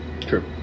True